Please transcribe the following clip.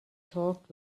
talked